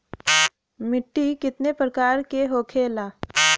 मिट्टी कितने प्रकार के होखेला?